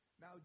now